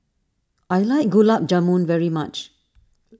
I like Gulab Jamun very much